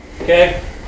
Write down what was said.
Okay